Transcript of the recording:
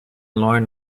lorne